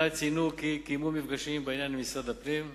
הנ"ל ציינו כי קיימו מפגשים בעניין עם משרד הפנים.